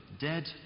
dead